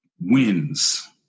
wins